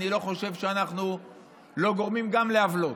אני לא חושב שאנחנו לא גורמים גם לעוולות,